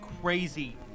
crazy